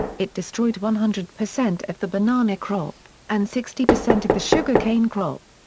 it destroyed one hundred percent of the banana crop, and sixty percent of the sugar cane crop.